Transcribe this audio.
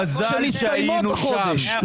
המזל שהיינו שם,